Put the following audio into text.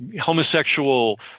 homosexual